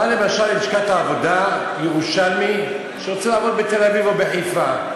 בא למשל ללשכת העבודה ירושלמי שרוצה לעבוד בתל-אביב או בחיפה,